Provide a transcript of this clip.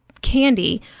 candy